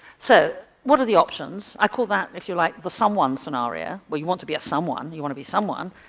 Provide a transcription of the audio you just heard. so what are the options? i call that if you like the someone scenario, where you want to be a someone, you want to be someone,